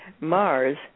Mars